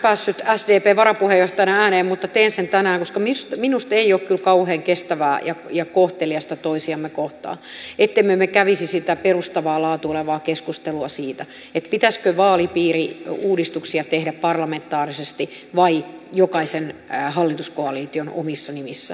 en ole vielä tänään päässyt sdpn varapuheenjohtajana ääneen mutta teen sen tänään koska minusta ei ole kyllä kauhean kestävää ja kohteliasta toisiamme kohtaan ettemme me kävisi sitä perustavaa laatua olevaa keskustelua siitä pitäisikö vaalipiiriuudistuksia tehdä parlamentaarisesti vai jokaisen hallituskoalition omissa nimissä